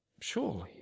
surely